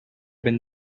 been